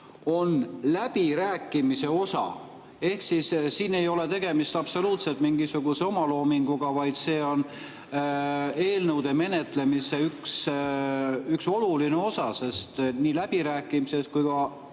on läbirääkimiste osa." Ehk siis siin ei ole tegemist absoluutselt mitte mingisuguse omaloominguga, vaid see on eelnõude menetlemise üks oluline osa, sest nii läbirääkimised kui ka